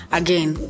again